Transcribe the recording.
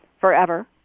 forever